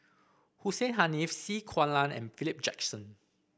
Hussein Haniff C Kunalan and Philip Jackson